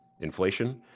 inflation